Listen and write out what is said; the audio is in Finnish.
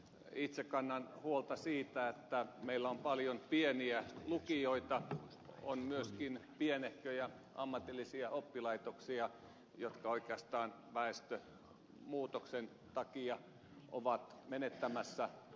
itse kannan huolta siitä että meillä on paljon pieniä lukioita on myöskin pienehköjä ammatillisia oppilaitoksia jotka oikeastaan väestömuutoksen takia ovat menettämässä oppilaitaan